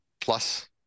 plus